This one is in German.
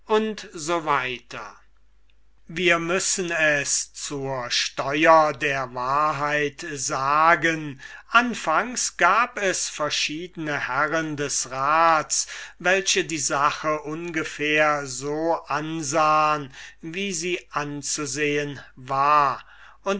wir müssen es zur steuer der wahrheit sagen anfangs gab es verschiedene herren des rats welche die sache ungefähr so ansahen wie sie anzusehen war